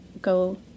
go